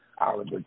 Oliver